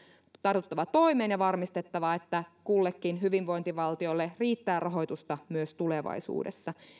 tartuttava toimeen ja varmistettava että kullekin hyvinvointivaltiolle riittää rahoitusta myös tulevaisuudessa